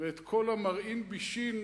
ואת כל המרעין בישין